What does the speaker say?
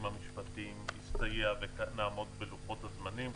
המשפטיים יסייע ונעמוד בלוחות הזמנים.